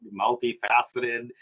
Multifaceted